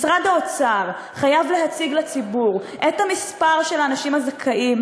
משרד האוצר חייב להציג לציבור את מספר האנשים הזכאים,